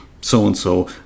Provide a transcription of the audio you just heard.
so-and-so